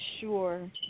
sure